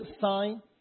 sign